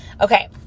Okay